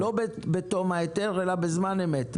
לא בתום ההיתר אלא בזמן אמת.